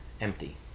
empty